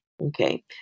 Okay